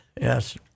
Yes